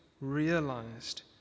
realized